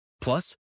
Plus